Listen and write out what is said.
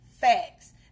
facts